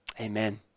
amen